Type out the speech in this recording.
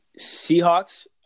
Seahawks